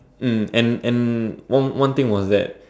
mm and and one one thing was that